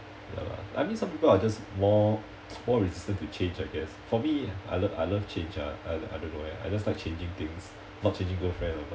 ya lah I mean some people are just more more resistant to change I guess for me I love I love change ah I I don't know eh I just like changing things not changing girlfriend ah but